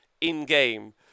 in-game